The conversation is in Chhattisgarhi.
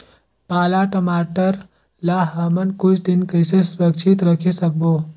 पाला टमाटर ला हमन कुछ दिन कइसे सुरक्षित रखे सकबो?